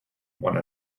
one